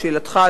לשאלתך,